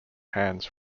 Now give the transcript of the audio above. hands